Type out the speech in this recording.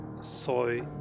soy